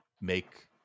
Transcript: make